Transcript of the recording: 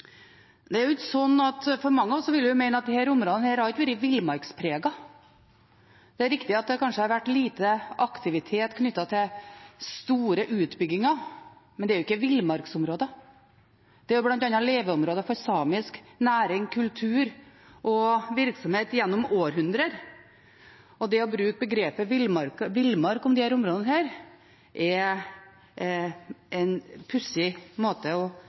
Mange av oss vil mene at disse områdene ikke har vært villmarkspregede. Det er riktig at det kanskje har vært lite aktivitet knyttet til store utbygginger, men det er jo ikke villmarksområder. Det har bl.a. vært leveområder for samisk næring, kultur og virksomhet gjennom århundrer, og det å bruke begrepet «villmark» om disse områdene er en pussig måte